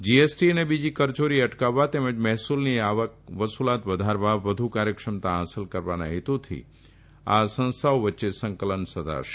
GST અને બીજી કરચોરી અટકાવવા તેમજ મહેસુલની વસુલાત વધારવા વધુ કાર્યક્ષમતા હાંસલ કરવાના હેતુથી આ સંસ્થાઓ વચ્ચે સંકલન સધાશે